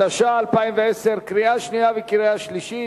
התש"ע 2010, קריאה שנייה וקריאה שלישית.